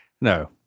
No